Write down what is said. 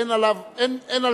אין עליו ויכוח,